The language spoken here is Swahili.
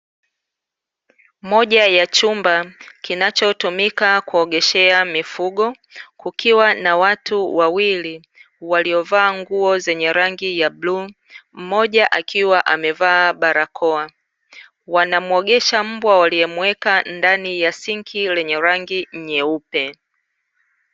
Moja ya chumba kinachotumika kuogeshea mifugo kukiwa na watu wawili waliovaa nguo zenye rangi bluu, mmoja akiwa amevaa barakoa. Wanamuogesha mbwa waliyemuweka ndani ya sinki lenye rangi nyeupe.